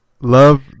Love